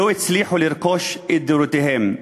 לא הצליחו לרכוש את דירותיהם.